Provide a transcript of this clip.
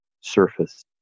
surface